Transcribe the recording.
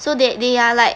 so that they are like